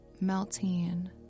melting